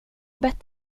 bett